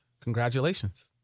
Congratulations